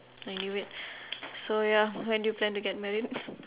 I knew it so ya when do you plan to get married